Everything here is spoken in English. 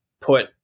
put